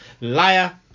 liar